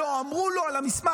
לא אמרו לו על המסמך,